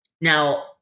Now